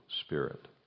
Spirit